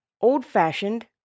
old-fashioned